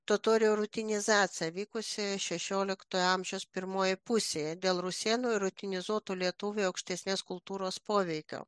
totorių rutenizacija vykusi šešiolikto amžiaus pirmoje pusėje dėl rusėnų ir rutinizuotu lietuvių aukštesnės kultūros poveikio